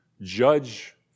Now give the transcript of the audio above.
judge